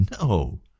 No